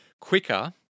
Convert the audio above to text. quicker